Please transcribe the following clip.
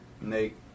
Nate